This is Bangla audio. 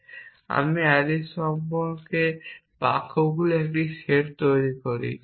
এবং আমি অ্যালিস সম্পর্কে বাক্যগুলির একটি সেট তৈরি করি